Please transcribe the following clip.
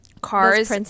cars